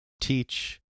teach